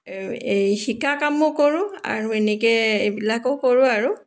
এই শিকা কামো কৰোঁ আৰু এনেকৈ এইবিলাকো কৰোঁ আৰু